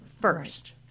first